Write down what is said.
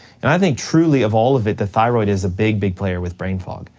and i think truly, of all of it, the thyroid is a big, big player with brain fog.